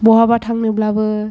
बहाबा थांनोब्लाबो